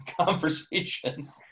conversation